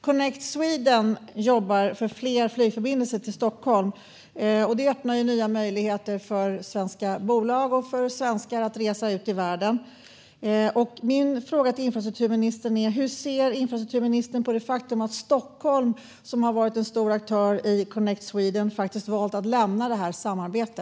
Connect Sweden jobbar för fler flygförbindelser till Stockholm, vilket öppnar nya möjligheter för svenska bolag och resenärer att resa ut i världen. Hur ser infrastrukturministern på det faktum att Stockholm, som har varit en stor aktör i Connect Sweden, har valt att lämna detta samarbete?